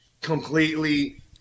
completely